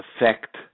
affect